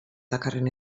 dakarren